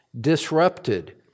disrupted